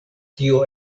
tio